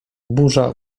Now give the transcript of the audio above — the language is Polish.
burza